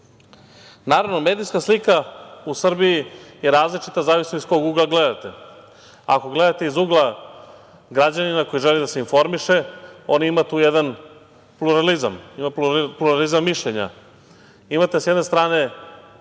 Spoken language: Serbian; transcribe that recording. Srbiji. Naravno, medijska slika u Srbiji je različita, zavisno iz kog ugla gledate. Ako gledate iz ugla građanina koji želi da se informiše, on ima tu jedan pluralizam, ima pluralizam mišljenja. Imate sa jedne strane